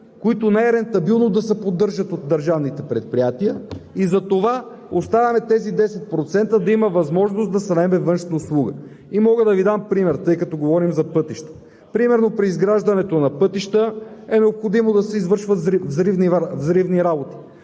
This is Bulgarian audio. които не е рентабилно да се поддържат от държавните предприятия. И затова оставяме за тези 10% да има възможност да се наеме външна услуга. И мога да Ви дам пример, тъй като говорим за пътища. При изграждането на пътища е необходимо да се извършват взривни работи,